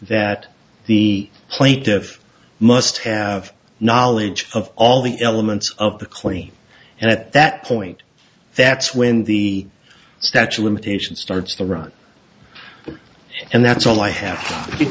that the plate of must have knowledge of all the elements of the cli and at that point that's when the statue limitations starts to run and that's all i have